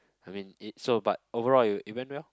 I mean it's so but overall it went well